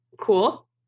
cool